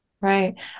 right